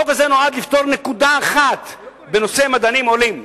החוק הזה בא לפתור נקודה אחת בנושא המדענים העולים,